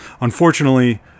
unfortunately